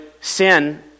sin